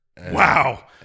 Wow